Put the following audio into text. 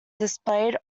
displayed